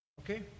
Okay